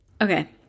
Okay